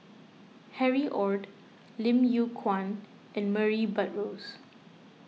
Harry Ord Lim Yew Kuan and Murray Buttrose